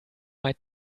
might